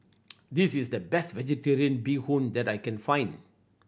this is the best Vegetarian Bee Hoon that I can find